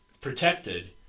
protected